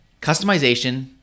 customization